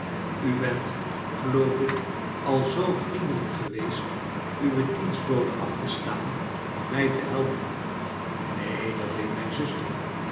u bent geloof ik al zoo vriendelijk geweest uwe dienstbode af te staan om mij te helpen neen dat deed mijn zuster